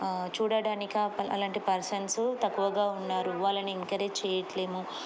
చూడడానిక అలాంటి పర్సన్స్ తక్కువగా ఉన్నారు వాళ్ళని ఎంకరేజ్ చేయట్లేము